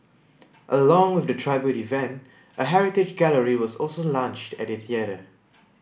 along with the tribute event a heritage gallery was also launched at the theatre